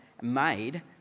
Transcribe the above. made